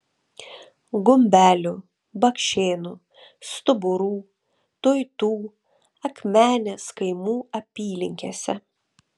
gumbelių bakšėnų stuburų tuitų akmenės kaimų apylinkėse